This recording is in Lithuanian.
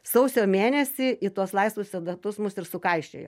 sausio mėnesį į tuos laisvus etatus mus ir sukaišiojo